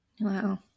Wow